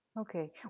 Okay